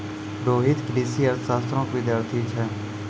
रोहित कृषि अर्थशास्त्रो के विद्यार्थी छै